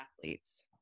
athletes